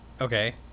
Okay